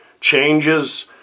changes